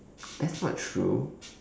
that's not true